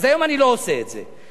אז היום אני לא עושה את זה.